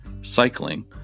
cycling